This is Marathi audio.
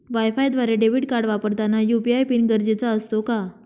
वायफायद्वारे डेबिट कार्ड वापरताना यू.पी.आय पिन गरजेचा असतो का?